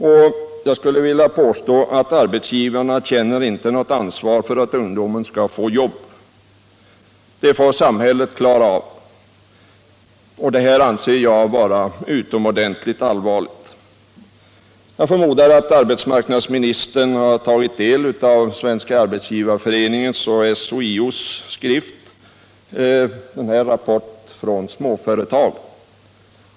Och jag skulle vilja påstå att arbetsgivarna inte känner något ansvar för att ungdomen skall få jobb. Det får samhället klara av. Och detta anser jag vara utomordentligt allvarligt. Jag förmodar att arbetsmarknadsministern tagit del av Svenska arbetsgivareföreningens och SHIO:s skrift Rapport från småföretag.